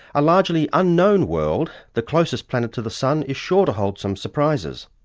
a largely unknown world, the closest planet to the sun is sure to hold some surprises.